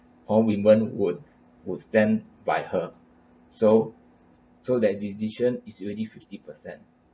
all women would would stand by her so so that decision is already fifty per cent